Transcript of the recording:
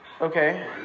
Okay